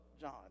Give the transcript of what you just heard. John